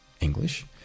English